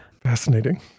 Fascinating